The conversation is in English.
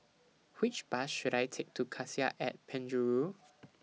Which Bus should I Take to Cassia At Penjuru